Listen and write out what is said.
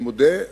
אני מודה,